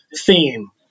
theme